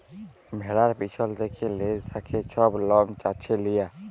ভেড়ার পিছল থ্যাকে লেজ থ্যাকে ছব লম চাঁছে লিয়া